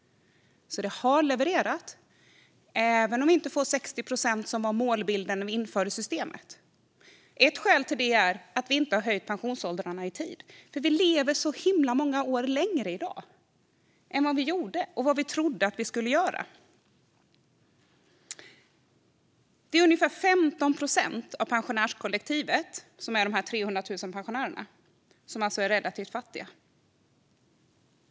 Det har levererat, även om vi inte får 60 procent, som var målbilden när vi införde systemet. Ett skäl till det är att vi inte har höjt pensionsåldrarna i tid. Vi lever så himla många år längre i dag än vad vi gjorde och än vad vi trodde att vi skulle göra. Det är ungefär 15 procent av pensionärskollektivet som är de 300 000 pensionärerna som är relativt fattiga.